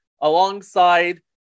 alongside